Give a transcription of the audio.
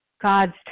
god's